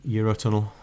Eurotunnel